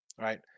Right